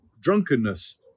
drunkenness